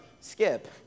skip